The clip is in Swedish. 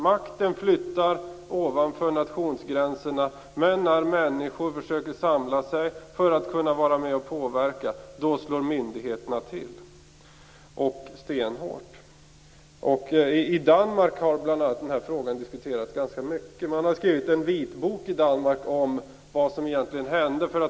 Makten flyttar upp över nationsgränserna, men när människor försöker samla sig för att kunna vara med och påverka slår myndigheterna till stenhårt. I Danmark har bl.a. den här frågan diskuterats ganska mycket. Man har skrivit en vitbok i Danmark om vad som egentligen hände.